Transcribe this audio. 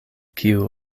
kiu